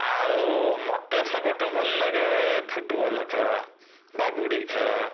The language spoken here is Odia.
ଆଉ ମୋତେ ସବୁଠୁଁ ଭଲ ଲାଗେ ଫୁଟବଲ୍ ଖେଳ ବାଗୁଡ଼ି ଖେଳ